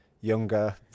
younger